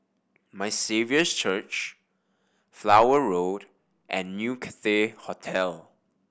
My Saviour's Church Flower Road and New Cathay Hotel